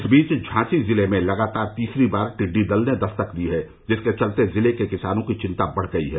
इस बीच झांसी जिले में लगातार तीसरी बार टिड्डी दल ने दस्तक दी है जिसके चलते जिले के किसानों की चिंता बढ़ गई है